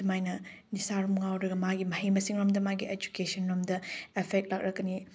ꯑꯗꯨꯃꯥꯏꯅ ꯅꯤꯁꯥꯔꯣꯝ ꯉꯥꯎꯔꯒ ꯃꯥꯒꯤ ꯃꯍꯩ ꯃꯁꯤꯡ ꯂꯣꯝꯗ ꯃꯥꯒꯤ ꯏꯗꯨꯁꯦꯁꯟ ꯂꯣꯝꯗ ꯑꯦꯐꯦꯛ ꯂꯥꯛꯂꯛꯀꯅꯤ